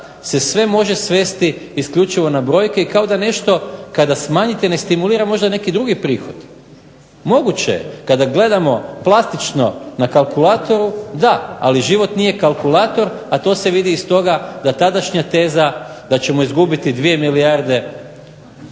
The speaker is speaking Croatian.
se sve može svesti isključivo na brojke i kao da nešto kada smanjite ne stimulira možda neki drugi prihod. Moguće je kada gledamo plastično na kalkulatoru da, ali život nije kalkulator a to se vidi iz toga da tadašnja teza da ćemo izgubiti 2 milijarde